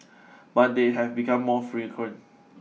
but they have become more frequent